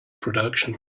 production